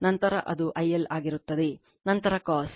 ನಂತರ ಅದು I L ಆಗಿರುತ್ತದೆ ನಂತರ cos